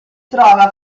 trova